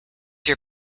your